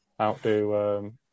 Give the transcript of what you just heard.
outdo